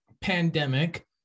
pandemic